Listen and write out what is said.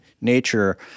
nature